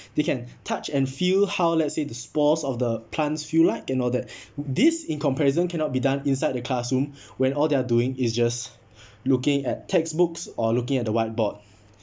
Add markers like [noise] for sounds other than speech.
they can touch and feel how let's say the spores of the plants feel like and all that [breath] this in comparison cannot be done inside the classroom [breath] when all they're doing is just [breath] looking at textbooks or looking at the whiteboard